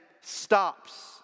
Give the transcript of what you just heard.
stops